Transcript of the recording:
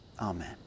amen